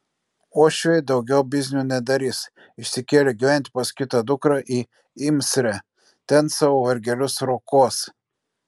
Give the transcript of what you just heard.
uošviai daugiau biznių nedarys išsikėlė gyventi pas kitą dukrą į imsrę ten savo vargelius rokuos